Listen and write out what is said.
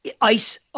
Ice